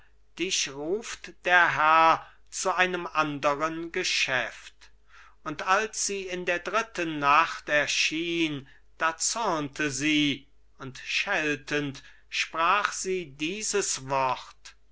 dich ruft der herr zu einem anderen geschäft und als sie in der dritten nacht erschien da zürnte sie und scheltend sprach sie dieses wort